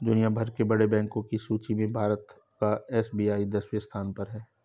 दुनिया भर के बड़े बैंको की सूची में भारत का एस.बी.आई दसवें स्थान पर है